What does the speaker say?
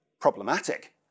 problematic